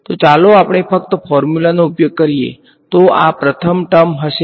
તો ચાલો આપણે ફક્ત ફોર્મ્યુલાનો ઉપયોગ કરીએ તો આ પ્રથમ ટર્મ હશે